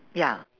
ya